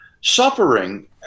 suffering